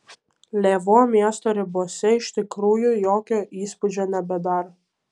lėvuo miesto ribose iš tikrųjų jokio įspūdžio nebedaro